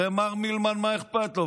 הרי מה אכפת למר מלמן?